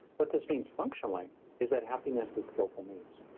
what this means functionally is that happiness is skillful means,